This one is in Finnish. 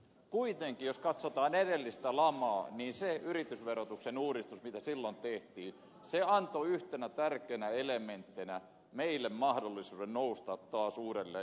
kuitenkin jos katsotaan edellistä lamaa niin se yritysverotuksen uudistus mikä silloin tehtiin antoi yhtenä tärkeänä elementtinä meille mahdollisuuden nousta taas uudelleen jaloillemme